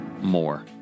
more